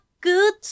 good